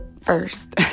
first